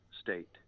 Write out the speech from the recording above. state